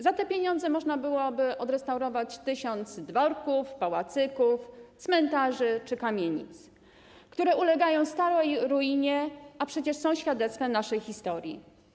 Za te pieniądze można byłoby odrestaurować 1 tys. dworów, pałacyków, cmentarzy czy kamienic, które popadają w stałą ruinę, a przecież są świadectwem naszej historii.